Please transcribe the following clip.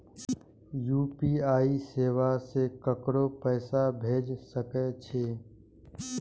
UPI सेवा से ककरो पैसा भेज सके छी?